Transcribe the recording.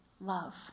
love